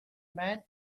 man